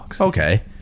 Okay